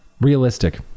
realistic